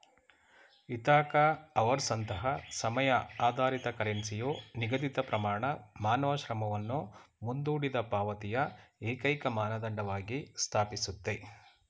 Ithaca ಅವರ್ಸ್ನಂತಹ ಸಮಯ ಆಧಾರಿತ ಕರೆನ್ಸಿಯು ನಿಗದಿತಪ್ರಮಾಣ ಮಾನವ ಶ್ರಮವನ್ನು ಮುಂದೂಡಿದಪಾವತಿಯ ಏಕೈಕಮಾನದಂಡವಾಗಿ ಸ್ಥಾಪಿಸುತ್ತೆ